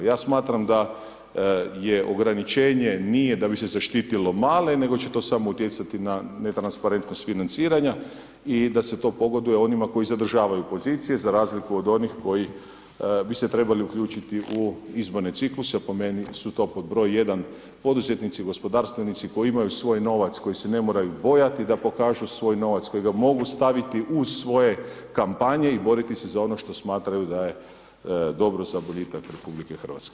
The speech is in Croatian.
Ja smatram da je ograničenje, nije da bi se zaštitilo male, nego će to samo utjecati na netransparentnost financiranja i da se to pogoduje onima koji zadržavaju pozicije za razliku od onih koji bi se trebali uključiti u izborne cikluse, po meni su to pod broj jedan, poduzetnici, gospodarstvenici koji imaju svoj novac koji se ne moraju bojati da pokažu svoj novac, kojega mogu staviti u svoje kampanje i boriti se za ono što smatraju da je dobro za boljitak RH.